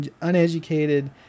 uneducated